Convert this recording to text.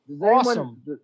awesome